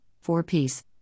four-piece